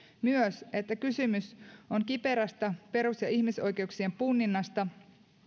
että kysymys on kiperästä perus ja ihmisoikeuksien punninnasta